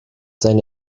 seine